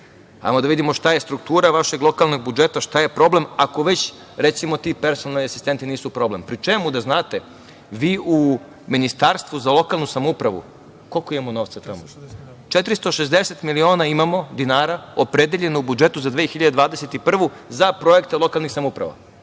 Hajde da vidimo šta je struktura vašeg lokalnog budžeta, šta je problem ako već ti personalni asistenti nisu problem. Pri čemu, da znate, vi u Ministarstvu za lokalnu samoupravu 460 miliona dinara imamo opredeljeno u budžetu za 2021. godinu za projekte lokalnih samouprava.